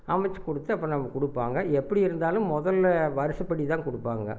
அமைத்து கொடுத்து அப்போ நமக்கு கொடுப்பாங்க எப்படி இருந்தாலும் முதல்ல வரிசப்படி தான் கொடுப்பாங்க